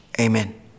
amen